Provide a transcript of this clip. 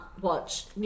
watch